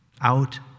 out